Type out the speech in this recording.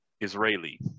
israeli